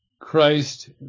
christ